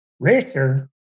racer